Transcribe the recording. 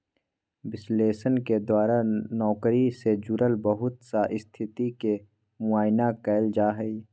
विश्लेषण के द्वारा नौकरी से जुड़ल बहुत सा स्थिति के मुआयना कइल जा हइ